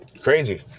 crazy